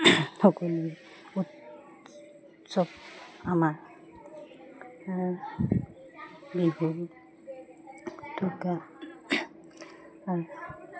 সকলোৱে উৎসৱ আমাৰ বিহু ঢোকা